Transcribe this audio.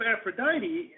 Aphrodite